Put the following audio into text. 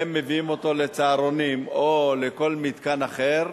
הם מביאים אותו ל"סהרונים" או לכל מתקן אחר,